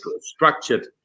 structured